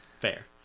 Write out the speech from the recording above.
fair